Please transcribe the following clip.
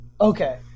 Okay